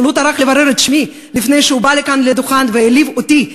והוא לא טרח לברר את שמי לפני שהוא בא לכאן לדוכן והעליב אותי,